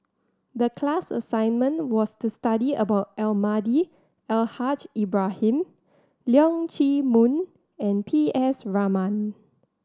the class assignment was to study about Almahdi Al Haj Ibrahim Leong Chee Mun and P S Raman